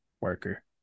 worker